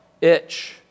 itch